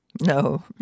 No